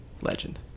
Legend